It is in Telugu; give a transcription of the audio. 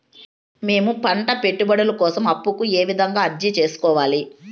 మేము పంట పెట్టుబడుల కోసం అప్పు కు ఏ విధంగా అర్జీ సేసుకోవాలి?